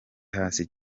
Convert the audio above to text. hasi